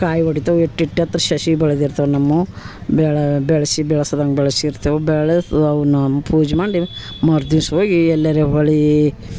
ಅವು ಕಾಯಿ ಒಡಿತವೆ ಇಷ್ಟಿಷ್ಟ್ ಎತ್ರ ಸಸಿ ಬೆಳ್ದಿರ್ತಾವೆ ನಮ್ಮ ಬೆಳ ಬೆಳೆಸಿ ಬೆಳ್ಸದಂಗೆ ಬೆಳ್ಸಿರ್ತೇವೆ ಬೆಳಸ್ ಅವನ್ನ ಪೂಜೆ ಮಾಡಿ ಮರು ದಿವ್ಸ ಹೋಗಿ ಎಲ್ಲಾರೆ ಹೊಳೆ